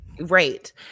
Right